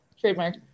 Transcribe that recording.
Trademark